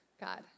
God